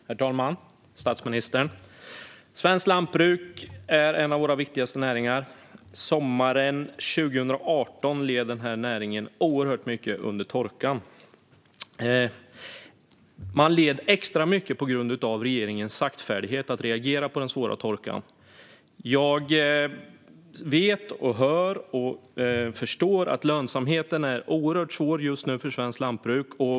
Herr talman och statsministern! Svenskt lantbruk är en av våra viktigaste näringar. Sommaren 2018 led denna näring oerhört mycket under torkan. Man led extra mycket på grund av regeringens saktfärdighet med att reagera på den svåra torkan. Jag vet, hör och förstår att lönsamheten är oerhört svår just nu för svenskt lantbruk.